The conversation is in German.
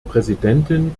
präsidentin